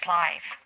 life